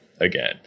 again